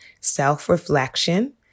self-reflection